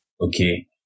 okay